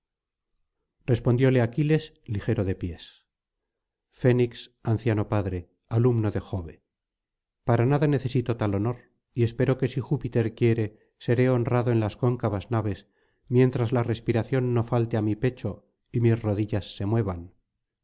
respondióle aquiles ligero de pies fénix anciano padre alumno de jove para nada necesito tal honor y espero que si júpiter quiere seré honrado en las cóncavas naves mientras la respiración no falte á mi pecho y mis rodillas se muevan